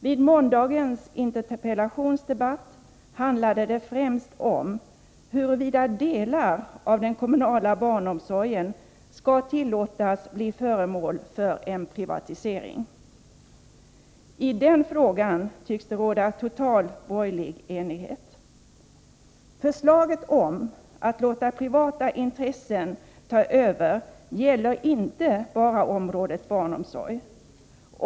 Vid måndagens interpellationsdebatt handlade det främst om huruvida delar av den kommunala barnomsorgen skall tillåtas bli föremål för en privatisering. I den frågan tycks det råda total borgerlig enighet. Förslaget om att låta privata intressen ta över gäller inte bara området barnomsorg.